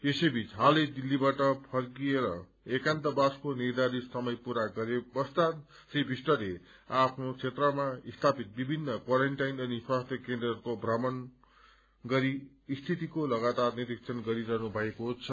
यसै बीच हालै दिल्लीबाट फर्किएर एकान्तवासको निर्धारित समय पूरा गरे पश्चात श्री विष्टले आफ्ना क्षेत्रमा स्थापित विभित्र क्वारान्टाइन अनि स्वास्थ्य केन्द्रहरूको थ्रमण गरी स्थितिको लगातार निरीक्षण गरी रहनु भएको छ